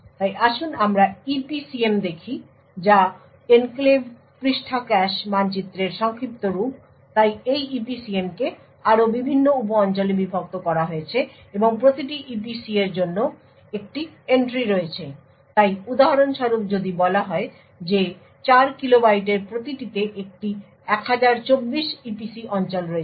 তাই আসুন আমরা EPCM দেখি যা এনক্লেভ পৃষ্ঠা ক্যাশে মানচিত্রের সংক্ষিপ্ত রূপ তাই এই EPCM কে আরও বিভিন্ন উপ অঞ্চলে বিভক্ত করা হয়েছে এবং প্রতিটি EPC এর জন্য একটি এন্ট্রি রয়েছে তাই উদাহরণস্বরূপ যদি বলা হয় যে 4 কিলো বাইটের প্রতিটিতে একটি 1024 ইপিসি অঞ্চল রয়েছে